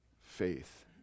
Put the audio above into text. faith